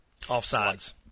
Offsides